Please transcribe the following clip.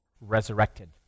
resurrected